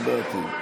לא בעתיד.